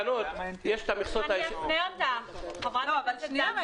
אני אפנה אותך, חברת הכנסת זנדברג.